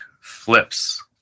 flips